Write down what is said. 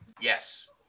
Yes